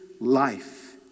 life